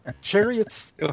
chariots